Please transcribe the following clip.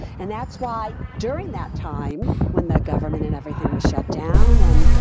and that's why during that time, when the government and everything was shut down and,